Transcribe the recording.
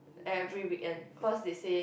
every weekend because they say